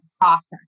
process